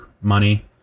money